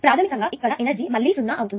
ప్రాధమికంగా ఇక్కడ ఎనర్జీ మళ్ళీ 0 అవుతుంది